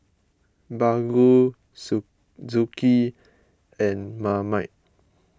Baggu Suzuki and Marmite